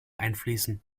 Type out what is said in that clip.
einfließen